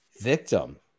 victim